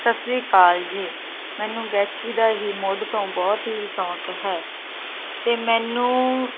ਸਤਿ ਸ਼੍ਰੀ ਅਕਾਲ ਜੀ ਮੈਨੂੰ ਗਾਇਕੀ ਦਾ ਹੀ ਮੁੱਢ ਤੋਂ ਬਹੁਤ ਹੀ ਸ਼ੌਕ ਹੈ ਅਤੇ ਮੈਨੂੰ